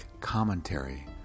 commentary